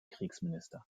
kriegsminister